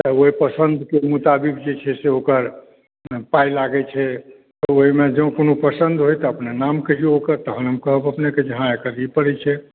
तऽ ओहि पसन्दके मुताबिक जे छै से ओकर पाय लागैत छै आ ओहिमे जे कोनो पसन्द होय तऽ अपने नाम कहियौ ओकर तहन हम कहब अपनेकेँ हँ एकर ई पड़ैत छै